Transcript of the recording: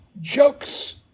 jokes